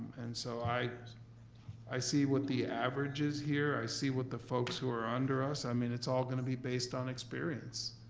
and so i i see what the average is here, i see what the folks who are under us. i mean, it's all gonna be based on experience,